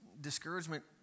discouragement